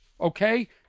Okay